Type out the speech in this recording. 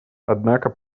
однако